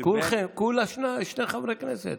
כולכם, כולה שני חברי כנסת.